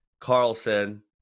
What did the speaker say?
Carlson